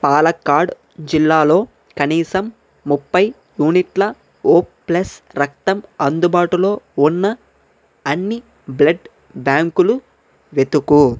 పాలక్కాడ్ జిల్లాలో కనీసం ముప్పై యూనిట్ల ఓ ప్లస్ రక్తం అందుబాటులో ఉన్న అన్ని బ్లడ్ బ్యాంకులు వెతుకు